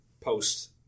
post